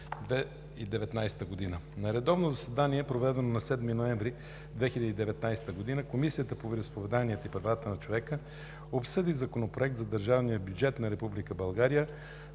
На редовно заседание, проведено на 7 ноември 2019 г., Комисията по вероизповеданията и правата на човека обсъди Законопроект за държавния бюджет на